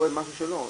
משהו שלא.